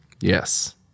Yes